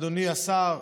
אדוני השר,